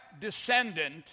descendant